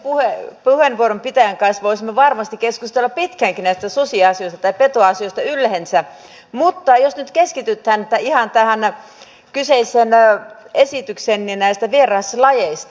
edellisen puheenvuoron pitäjän kanssa voisimme varmasti keskustella pitkäänkin näistä susiasioista tai petoasioista yleensä mutta jos nyt keskitytään ihan tähän kyseiseen esitykseen näistä vieraslajeista